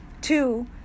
Two